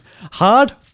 hard